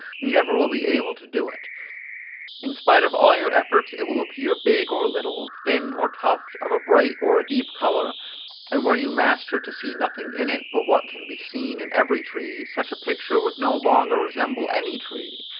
you never will be able to do it in spite of all your efforts it will appear big or little, thin or tufted, of a bright or a deep colour and were you master to see nothing in it, but what can be seen in every tree, such a picture would no longer resemble any tree.